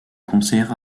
conseillère